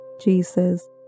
Jesus